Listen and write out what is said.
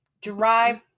drive